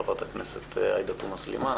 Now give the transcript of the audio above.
חברת הכנסת עאידה תומא סלימאן.